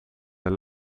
een